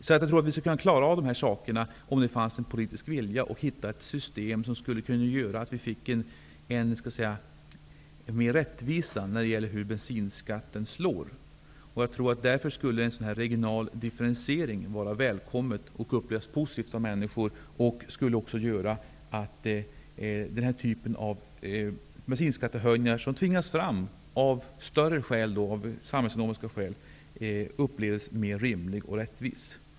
Jag tror därför att vi skulle kunna klara av detta om det fanns en politisk vilja och att vi skulle kunna hitta ett system som innebar att vi skulle få en större rättvisa när det gäller hur bensinskatten slår. Jag tror att en regional differentiering därför skulle vara välkommen och upplevas positivt av människor. Den typ av bensinskattehöjningar som tvingas fram av samhällsekonomiska skäl skulle då upplevas som mer rimliga och rättvisa.